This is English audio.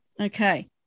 Okay